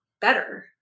better